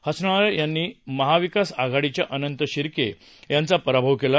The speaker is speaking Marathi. हसनाळे यांनी महाविकास आघाडीच्या अनंत शिर्के यांचा पराभव केला